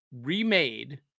remade